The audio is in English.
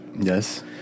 Yes